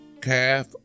calf